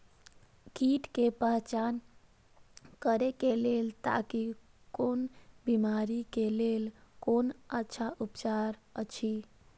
कीट के पहचान करे के लेल ताकि कोन बिमारी के लेल कोन अच्छा उपचार अछि?